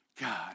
God